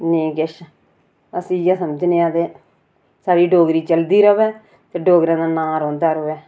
नेईं किश अस्स इयै समझने आं ते साढ़ी डोगरी चलदी रवै ते डोगरें दा नां रौहंदा रवै